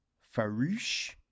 Farouche